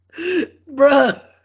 Bruh